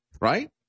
right